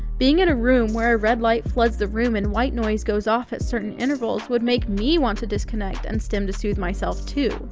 being in a room where a red light floods the room and white noise goes off at certain intervals would make me want to disconnect and stim to soothe myself, too.